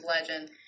legend